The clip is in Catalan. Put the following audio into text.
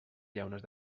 llaunes